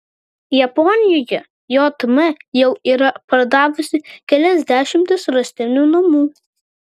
japonijoje jm jau yra pardavusi kelias dešimtis rąstinių namų